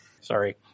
Sorry